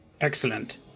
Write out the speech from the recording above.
Excellent